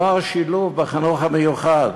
נוער שילוב בחינוך המיוחד.